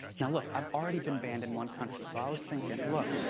now, look. i've already been banned in one country. so i was thinking, look,